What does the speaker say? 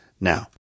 now